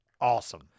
awesome